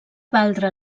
valdre